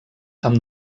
amb